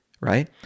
right